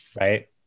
Right